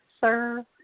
sir